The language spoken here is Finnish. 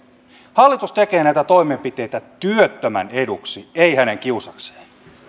hallitus tekee näitä toimenpiteitä työttömän eduksi ei hänen kiusakseen